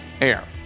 air